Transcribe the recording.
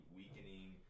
weakening